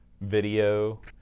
video